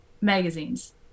magazines